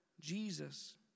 Jesus